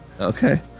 Okay